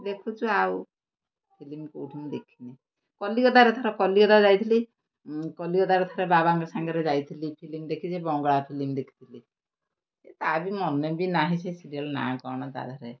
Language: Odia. ଦେଖୁଛୁ ଆଉ ଫିଲିମ୍ କେଉଁଠୁ ମୁଁ ଦେଖିନି କଲିକତାରେ ଥର କଲିକତା ଯାଇଥିଲି କଲିକତାରେ ଥରେ ବାବାଙ୍କ ସାଙ୍ଗରେ ଯାଇଥିଲି ଫିଲିମ୍ ଦେଖିଛି ବଙ୍ଗଳା ଫିଲିମ୍ ଦେଖିଥିଲି ସେ ତା ବି ମନେ ବି ନାହିଁ ସେ ସିରିଏଲ୍ ନାଁ କ'ଣ ତାଧିଅରେ